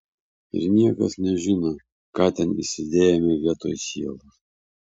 ir niekas nežino ką ten įsidėjome vietoj sielos